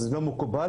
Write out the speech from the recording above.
זה לא מקובל